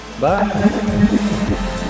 bye